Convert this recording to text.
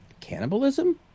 cannibalism